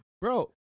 Bro